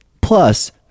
Plus